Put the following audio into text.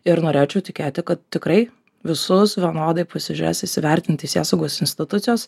ir norėčiau tikėti kad tikrai visus vienodai pasižiūrės įsivertinti teisėsaugos institucijos